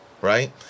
right